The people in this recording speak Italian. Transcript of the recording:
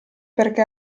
perché